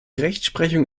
rechtsprechung